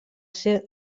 ser